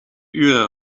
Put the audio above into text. uren